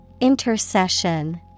Intercession